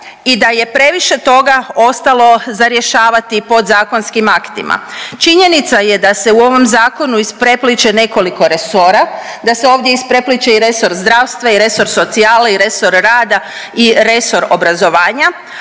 i da je previše toga ostalo za rješavati podzakonskim aktima. Činjenica je da se u ovom zakonu isprepliće nekoliko resora, da se ovdje isprepliće i resor zdravstva i resor socijale i resor rada i resor obrazovanja,